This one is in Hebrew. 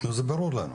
נו, זה ברור לנו.